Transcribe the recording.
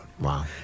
Wow